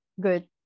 good